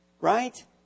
Right